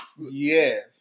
Yes